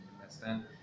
understand